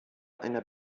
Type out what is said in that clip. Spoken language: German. einer